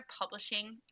Publishing